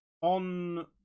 On